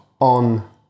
on